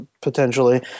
potentially